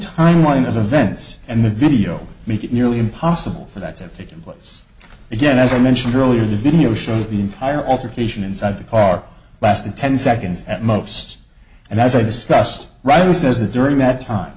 timeline of events and the video make it nearly impossible for that have taken place again as i mentioned earlier the video shows the entire alteration inside the car lasted ten seconds at most and as i discussed rightly says that during that time